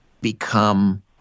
become